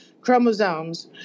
chromosomes